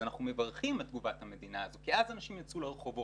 אז אנחנו מברכים את תגובת המדינה על זה כי אז אנשים יצאו לרחובות.